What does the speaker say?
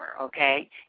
okay